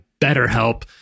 BetterHelp